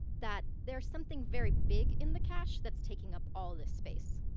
that there's something very big in the cache that's taking up all the space.